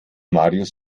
marius